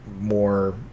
more